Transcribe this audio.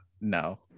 No